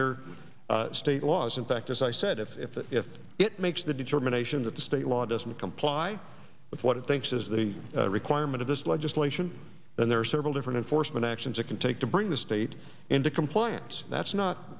their state laws in fact as i said if if if it makes the determination that the state law doesn't comply with what it thinks is a requirement of this legislation then there are several different foresman actions that can take to bring the state into compliance that's not